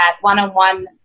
one-on-one